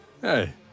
Hey